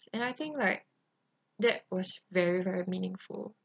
and I think like that was very very meaningful